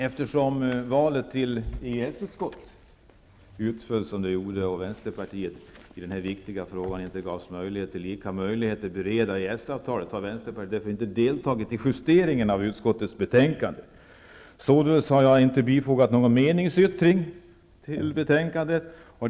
Eftersom valet till EES-utskottet utföll som det gjorde, och Vänsterpartiet i denna fråga inte har getts lika möjligheter att bereda EES avtalet, har Vänsterpartiet inte deltagit i justeringen av utskottets betänkande. Således har jag inte fogat någon meningsyttring till betänkandet.